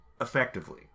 effectively